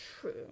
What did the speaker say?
True